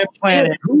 planet